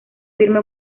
firme